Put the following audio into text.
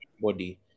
body